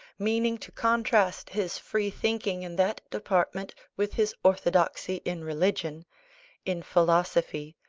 meaning to contrast his free-thinking in that department with his orthodoxy in religion in philosophy,